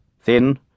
thin